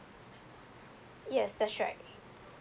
yes that's right